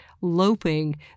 loping